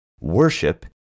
Worship